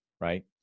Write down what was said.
right